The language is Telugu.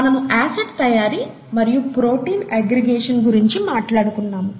మనము ఆసిడ్ తయారీ మరియు ప్రోటీన్ అగ్గ్రిగేషన్ గురించి మాట్లాడుకున్నాము